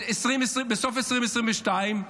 בסוף 2022,